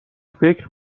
فکر